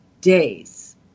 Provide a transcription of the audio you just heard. days